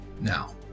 Now